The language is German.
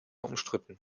umstritten